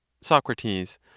Socrates